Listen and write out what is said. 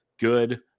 good